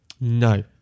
no